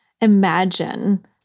imagine